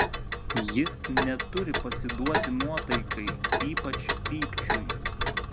jis neturi pasiduoti nuotaikai ypač pykčiui